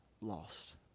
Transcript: lost